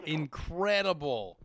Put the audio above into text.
incredible